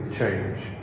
change